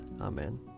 Amen